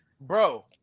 bro